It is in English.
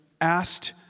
asked